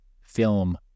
film